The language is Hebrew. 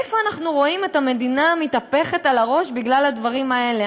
איפה אנחנו רואים את המדינה מתהפכת על הראש בגלל הדברים האלה?